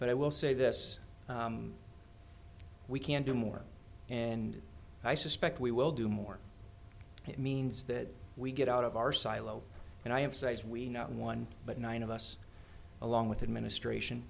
but i will say this we can do more and i suspect we will do more it means that we get out of our silo and i emphasize we not one but nine of us along with administrat